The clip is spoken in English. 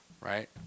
right